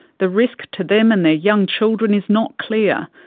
the risk to them and their young children is not clear.